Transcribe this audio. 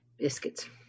biscuits